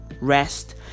Rest